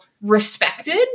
respected